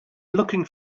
looking